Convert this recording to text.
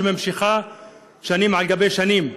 שנמשכת שנים על שנים.